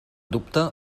dubte